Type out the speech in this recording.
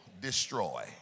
destroy